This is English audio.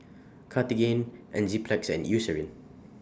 Cartigain Enzyplex and Eucerin